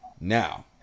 now